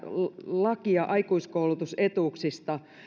lakia aikuiskoulutusetuuksista